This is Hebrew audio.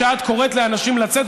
שאת קוראת לאנשים לצאת.